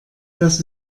das